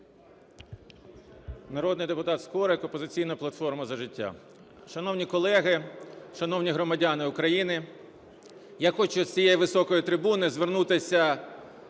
Народний депутат Скорик, "Опозиційна платформа – За життя". Шановні колеги, шановні громадяни України! Я хочу з цієї високої трибуни звернутися